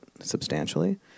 substantially